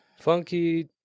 Funky